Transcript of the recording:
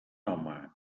home